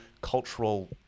cultural